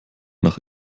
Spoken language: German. nach